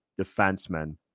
defenseman